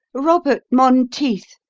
robert monteith,